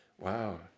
Wow